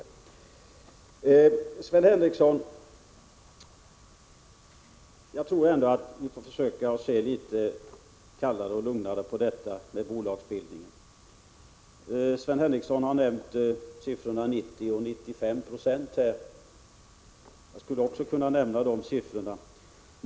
Jag tror, Sven Henricsson, att vi får försöka se litet kallare och lugnare på detta med bolagsbildningen. Sven Henricsson har nämnt siffrorna 90 och 95 20 här. Jag skulle också kunna nämna sådana siffror.